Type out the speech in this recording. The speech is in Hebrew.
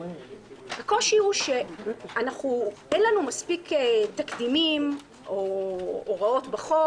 הקושי הוא שאין לנו מספיק תקדימים או הוראות בחוק